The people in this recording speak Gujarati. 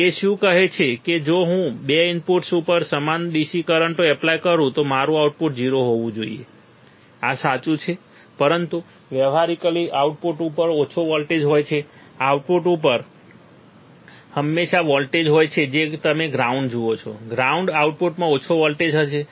તે શું કહે છે કે જો હું 2 ઇનપુટ્સ ઉપર સમાન DC કરંટો એપ્લાય કરું તો મારું આઉટપુટ 0 હોવું જોઈએ આ સાચું છે પરંતુ વ્યવહારીકલી આઉટપુટ ઉપર ઓછો વોલ્ટેજ હોય છે આઉટપુટ ઉપર હંમેશા વોલ્ટેજ હોય છે જે તમે ગ્રાઉન્ડ જુઓ છો ગ્રાઉન્ડ આઉટપુટમાં ઓછો વોલ્ટેજ હશે